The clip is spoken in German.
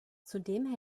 zudem